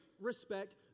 respect